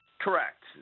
Correct